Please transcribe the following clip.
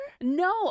no